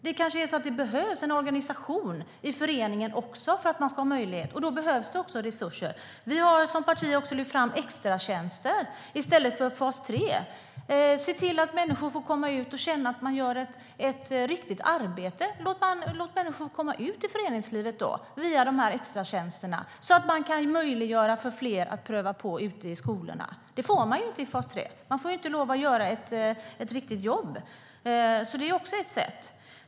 Det kanske behövs en organisation även i föreningen för att den ska ha sådana möjligheter. Då behövs det också resurser. Vi som parti har lyft fram extratjänster i stället för fas 3. Vi vill se till att människor kommer ut och får göra ett riktigt arbete. Låt människor komma ut i föreningslivet via dessa extratjänster så att man kan möjliggöra för fler att pröva på olika idrotter ute i skolorna. Det får ju inte människor i fas 3. Man får inte lov att göra ett riktigt jobb. Men detta är ett sätt.